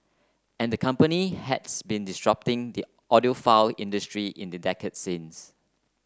and the company has been disrupting the audiophile industry in the decade since